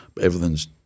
everything's